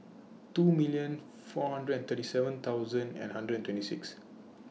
two million four hundred and thirty seven thousand and hundred and twenty six